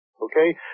Okay